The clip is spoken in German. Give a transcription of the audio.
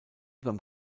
beim